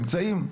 אמצעים,